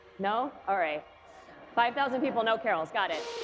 no all right five thousand people no carols got it.